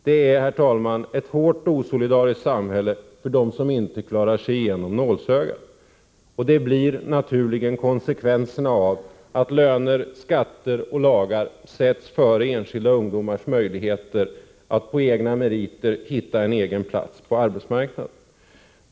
Det är ett hårt och osolidariskt samhälle för dem som inte klarar sig igenom nålsögat. Det blir naturligen konsekvensen av att löner, skatter och lagar sätts före enskilda ungdomars möjligheter att på egna meriter hitta en egen plats på arbetsmarknaden.